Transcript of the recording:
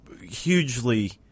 hugely